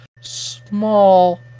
small